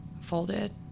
folded